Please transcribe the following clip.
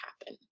happen